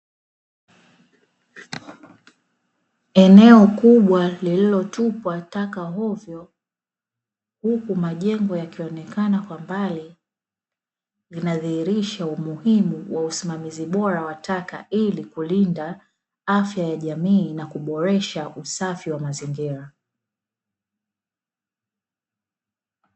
Eneo kubwa lililotupwa taka hovyo huku majengo yakionekana kwa mbali yanazihirisha umuhimu wa usimamizi bora wa taka ili kulinda afya ya jamii na kuboresha usafi wa mazingira.